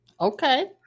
Okay